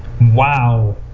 Wow